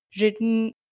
written